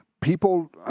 people